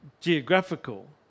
geographical